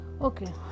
okay